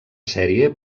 sèrie